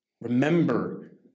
Remember